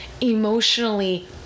emotionally